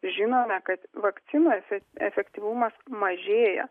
žinome kad vakcinos efektyvumas mažėja